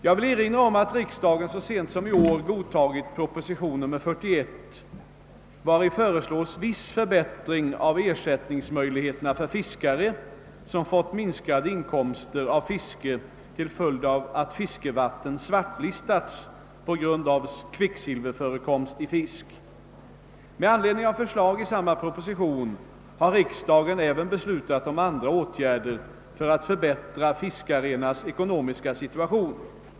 Jag vill erinra om att riksdagen så sent som i år godtagit proposition nr 41, vari föreslås viss förbättring av ersättningsmöjligheterna för fiskare som fått minskade inkomster av fiske till följd av att fiskevatten svartlistats på grund av kvicksilverförekomst i fisk. Med anledning av förslag i samma proposition har riksdagen även beslutat om andra åtgärder för att förbättra fiskarnas ekonomiska ' situation.